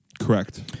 Correct